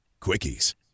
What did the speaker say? Quickies